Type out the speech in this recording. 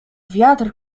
wiatr